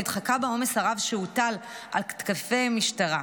נדחקה בעומס הרב שהוטל על כתפי המשטרה.